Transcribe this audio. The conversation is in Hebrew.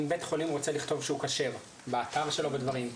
אם בית חולים רוצה לכתוב שהוא כשר באתר שלו בדברים,